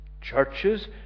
Churches